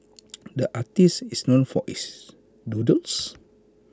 the artist is known for his doodles